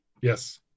Yes